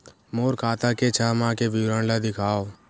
मोर खाता के छः माह के विवरण ल दिखाव?